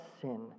sin